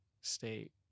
state